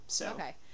Okay